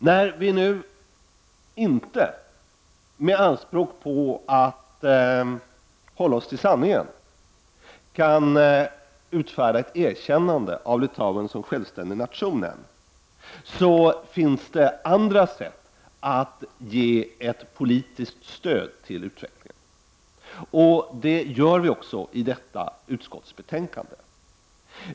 När vi nu ännu inte, om vi gör anspråk på att hålla oss till sanningen, kan utfärda ett erkännande av Litauen som självständig nation, finns det andra sätt att ge ett politiskt stöd till utvecklingen. Det gör vi också i detta utskottsbetänkande.